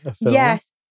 Yes